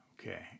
Okay